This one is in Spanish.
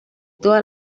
todas